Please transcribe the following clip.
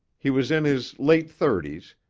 he was in his late thirties,